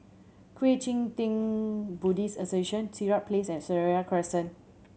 Kuang Chee Tng Buddhist Association Sirat Place and Seraya Crescent